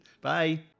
Bye